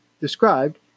described